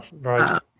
right